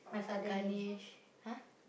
uh Ganesh !huh!